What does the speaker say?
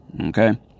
Okay